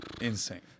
insane